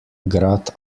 grat